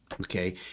okay